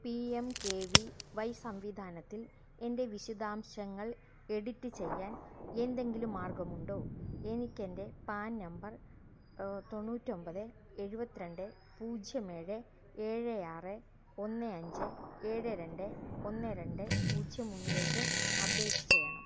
P M K V Y സംവിധാനത്തിൽ എൻ്റെ വിശദാംശങ്ങൾ എഡിറ്റ് ചെയ്യാൻ എന്തെങ്കിലും മാർഗമുണ്ടോ എനിക്കെൻ്റെ പാൻ നമ്പർ തൊണ്ണൂറ്റൊമ്പത് എഴുപത്തിരണ്ട് പൂജ്യം ഏഴ് ഏഴ് ആറ് ഒന്ന് അഞ്ച് ഏഴ് രണ്ട് ഒന്ന് രണ്ട് പൂജ്യം ഒന്നിലേക്ക് അപ്ഡേറ്റ് ചെയ്യണം